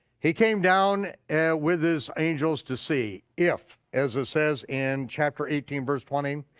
he came down with his angels to see if, as it says in chapter eighteen verse twenty,